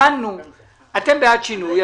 אתם בעד שינוי,